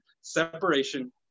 separation